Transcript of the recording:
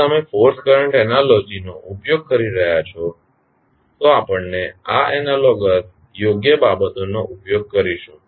જો તમે force current analogy નો ઉપયોગ કરી રહ્યાં છો તો આપણે આ એનાલોગસ યોગ્ય બાબતોનો ઉપયોગ કરીશું